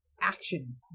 action